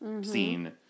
scene